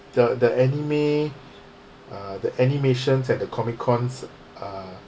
the the anime uh the animations and the comic cons uh